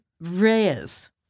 Reyes